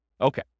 Okay